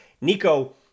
Nico